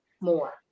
more